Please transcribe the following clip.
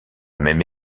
même